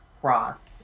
cross